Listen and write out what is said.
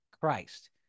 Christ